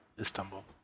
Istanbul